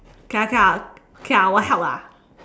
K lah K lah K lah I will help lah